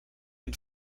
and